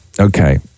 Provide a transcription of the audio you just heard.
Okay